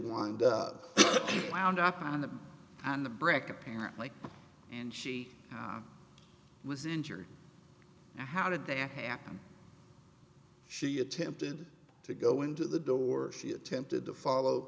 on the brick apparently and she was injured how did that happen she attempted to go into the door she attempted to follow